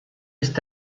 ist